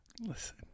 Listen